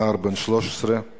נער בן 13 נהרג,